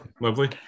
lovely